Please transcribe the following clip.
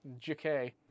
JK